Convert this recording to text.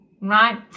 right